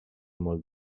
molt